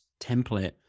template